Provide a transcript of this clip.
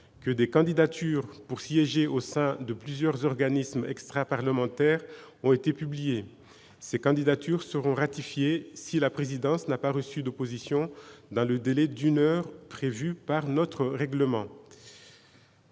que des candidatures pour siéger au sein de plusieurs organismes extraparlementaires ont été publiées. Ces candidatures seront ratifiées si la présidence n'a pas reçu d'opposition dans le délai d'une heure prévu par notre règlement.